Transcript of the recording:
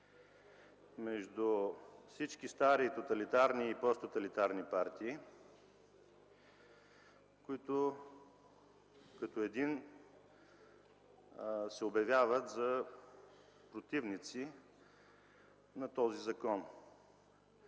между всички стари тоталитарни и посттоталитарни партии, които като един се обявяват за противници на този закон.